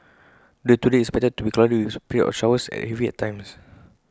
the weather today is expected to be cloudy with periods of showers heavy at times